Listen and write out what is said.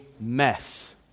mess